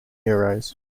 euros